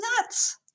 nuts